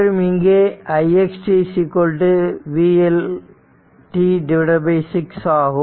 மற்றும் இங்கே ix t vLt6 ஆகும்